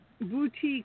boutique